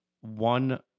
one